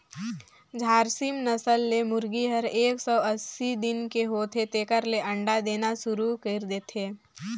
झारसिम नसल के मुरगी हर एक सौ अस्सी दिन के होथे तेकर ले अंडा देना सुरु कईर देथे